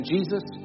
Jesus